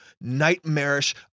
nightmarish